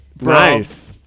Nice